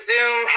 Zoom